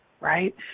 right